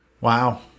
Wow